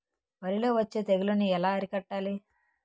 వరిలో వచ్చే తెగులని ఏలా అరికట్టాలి?